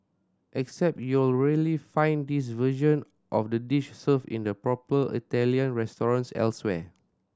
except you'll rarely find this version of the dish served in the proper Italian restaurant elsewhere